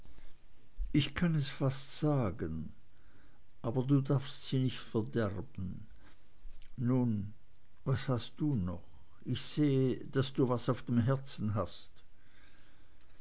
ich kann es fast sagen aber du darfst sie nicht verderben nun was hast du noch ich sehe daß du was auf dem herzen hast